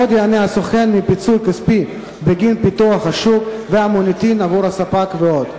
עוד ייהנה הסוכן מפיצוי כספי בגין פיתוח השוק והמוניטין עבור הספק ועוד.